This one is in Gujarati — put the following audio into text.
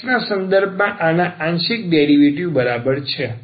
x ના સંદર્ભમાં આના આંશિક ડેરિવેટિવ બરાબર છે